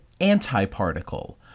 antiparticle